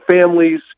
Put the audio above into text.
families